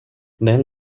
then